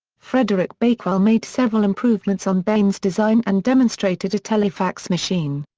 frederick bakewell made several improvements on bain's design and demonstrated a telefax machine.